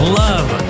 love